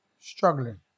struggling